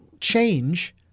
change